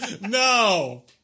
No